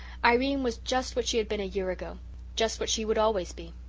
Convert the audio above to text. irene was just what she had been a year ago just what she would always be.